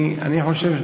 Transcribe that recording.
אני חושב,